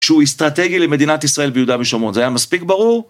שהוא אסטרטגי למדינת ישראל ביהודה ושומרון, זה היה מספיק ברור?